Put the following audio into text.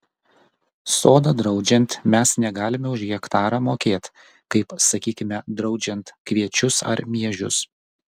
sodą draudžiant mes negalime už hektarą mokėt kaip sakykime draudžiant kviečius ar miežius